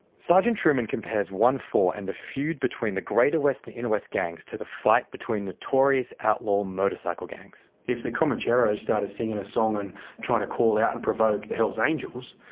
sergeant trueman compares onefour and the feud between the greater west and inner west gangs to the fight between notorious outlaw motorcycle gangs. if the comancheros started singing a song and trying to call out and provoke the hells angels,